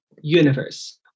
universe